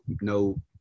no